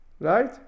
Right